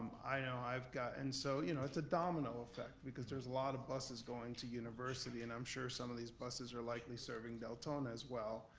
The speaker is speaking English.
i know i've gotten, so you know it's a domino effect because there's a lot of buses going to university and i'm sure some of these buses are likely serving deltona as well.